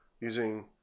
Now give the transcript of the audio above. using